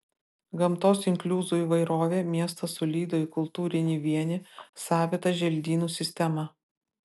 gamtos inkliuzų įvairovę miestas sulydo į kultūrinį vienį savitą želdynų sistemą